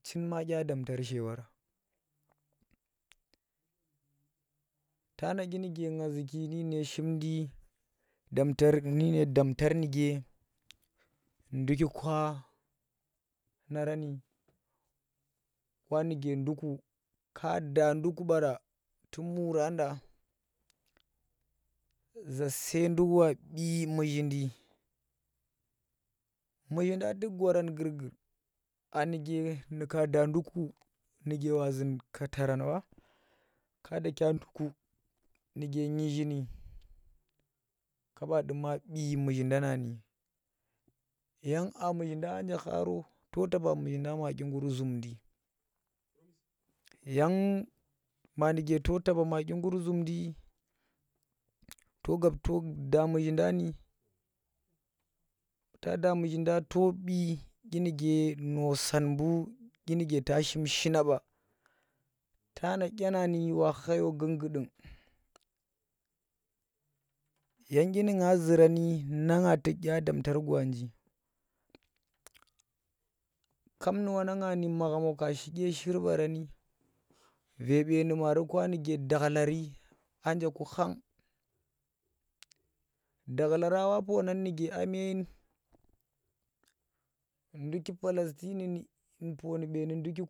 Chin ma dya damtar she wora tana dyinuke nga zuki nudyino shimdi damtar nu damtar nuke ndukikwa narani wa nuke nduka ka da nduk baara tu muura nda za sai nduk wa bee muzhindi, muzhinda tuk gwa rang gur- gur aa nuke nuka da nduku nuke wa zun kaata ran ɓa ka dakya nduku nuke nuzhini kaba duma bii muzhindani, yang aa muzhida anje kharo to taba muzhi da ma dyigur zumndi yang ma nuke to taba ma dyigur zumndi to gab to nda muzhin nda ni buuta nda muzhin da to bii dyi nuke san buu dyi nuke ta shim shina ɓa tana dye nam wa khayo gung udung, yang dyinu nga zura ni na nga tuk dya damtar gwanji kap nu wanang ni magham wa shi dye shir baarani ve beeni maari kwa nuke dakhlari anjeka khang dakhlara wa poonang nuke a me nduki palastina ndu pooni ndukiku.